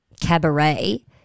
cabaret